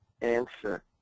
answer